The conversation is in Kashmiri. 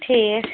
ٹھیٖک